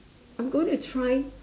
I'm going to try